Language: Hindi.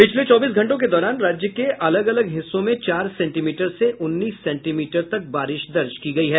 पिछले चौबीस घंटों के दौरान राज्य के अलग अलग हिस्सों में चार सेंटीमीटर से उन्नीस सेंटीमीटर तक बारिश दर्ज की गयी है